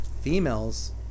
females